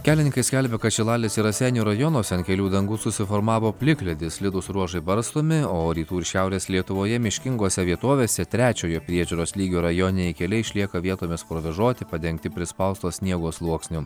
kelininkai skelbia kad šilalės ir raseinių rajonuose ant kelių dangų susiformavo plikledis slidūs ruožai barstomi o rytų ir šiaurės lietuvoje miškingose vietovėse trečiojo priežiūros lygio rajoniniai keliai išlieka vietomis provėžoti padengti prispausto sniego sluoksniu